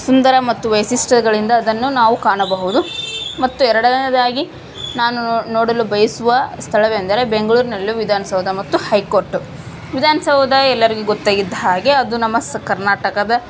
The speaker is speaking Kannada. ಸುಂದರ ಮತ್ತು ವೈಶಿಷ್ಟ್ಯಗಳಿಂದ ಅದನ್ನು ನಾವು ಕಾಣಬಹುದು ಮತ್ತು ಎರಡನೇಯದಾಗಿ ನಾನು ನೋಡಲು ಬಯಸುವ ಸ್ಥಳವೆಂದರೆ ಬೆಂಗಳೂರಿನಲ್ಲಿರುವ ವಿಧಾನ ಸೌಧ ಮತ್ತು ಹೈ ಕೋರ್ಟು ವಿಧಾನ ಸೌಧ ಎಲ್ಲರಿಗೂ ಗೊತ್ತಾಗಿದ್ದ ಹಾಗೆ ಅದು ನಮ್ಮ ಕರ್ನಾಟಕದ